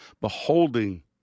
beholding